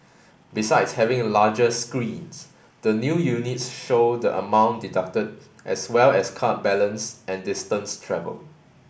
besides having a larger screens the new units show the amount deducted as well as card balance and distance travel